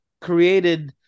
created